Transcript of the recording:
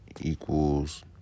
equals